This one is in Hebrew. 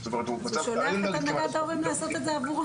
אז הוא שולח את הנהגת ההורים לעשות את זה במקומו,